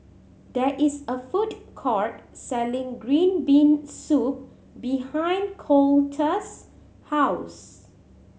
there is a food court selling green bean soup behind Coletta's house